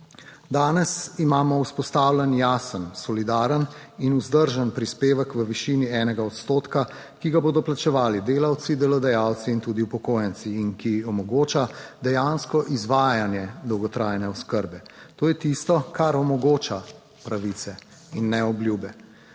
Danes imamo vzpostavljen jasen, solidaren in vzdržen prispevek v višini enega odstotka, ki ga bodo plačevali delavci, delodajalci in tudi upokojenci in ki omogoča dejansko izvajanje dolgotrajne oskrbe. 83. TRAK: (TB) - 16.00 (nadaljevanje) To je tisto, kar omogoča pravice in ne obljube.